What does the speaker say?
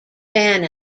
fan